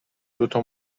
دوتا